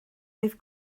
oedd